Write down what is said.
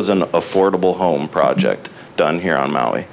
was an affordable home project done here on maui